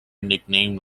nicknamed